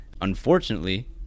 unfortunately